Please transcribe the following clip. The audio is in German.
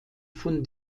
von